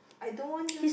I don't want you